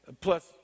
plus